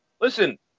Listen